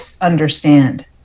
understand